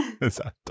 Esatto